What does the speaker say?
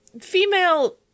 female